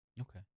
Okay